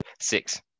Six